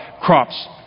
Crops